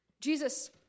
Jesus